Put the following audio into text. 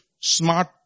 smart